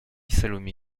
salomé